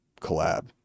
collab